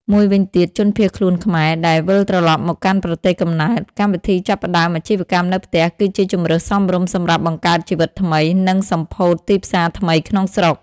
មួយវិញទៀតជនភៀសខ្លួនខ្មែរ ដែលវិលត្រឡប់មកកាន់ប្រទេសកំណើត កម្មវិធីចាប់ផ្តើមអាជីវកម្មនៅផ្ទះគឺជាជម្រើសសមរម្យសម្រាប់បង្កើតជីវិតថ្មី និងសម្ភោធទីផ្សារថ្មីក្នុងស្រុក។